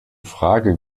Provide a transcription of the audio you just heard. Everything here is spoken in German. frage